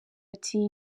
ati